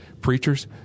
Preachers